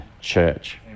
church